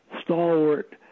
stalwart